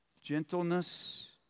gentleness